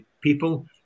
people